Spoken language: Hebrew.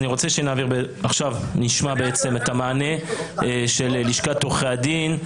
אני רוצה שנשמע עכשיו את המענה של לשכת עורכי הדין.